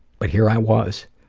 but here i was,